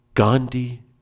Gandhi